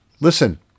listen